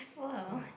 well